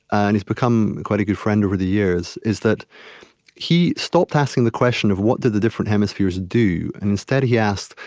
and he's become quite a good friend over the years, is that he stopped asking the question of what did the different hemispheres do, and instead, he asked,